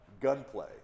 gunplay